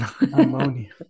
Ammonia